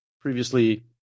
previously